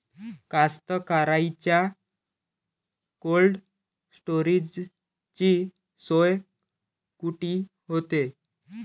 कास्तकाराइच्या कोल्ड स्टोरेजची सोय कुटी होते?